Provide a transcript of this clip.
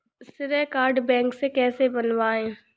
श्रेय card bank से कैसे बनवाएं?